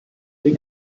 den